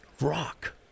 rock